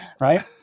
right